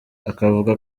akavuga